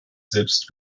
selbst